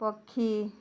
ପକ୍ଷୀ